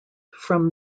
from